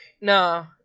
no